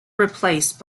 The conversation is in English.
replaced